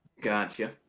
Gotcha